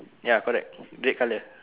ya correct red colour